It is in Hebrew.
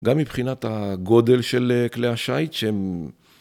גם מבחינת הגודל של כלי השייט שהם...